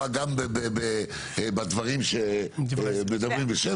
בדברים שמדברים בשם הוועדה.